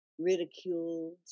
ridiculed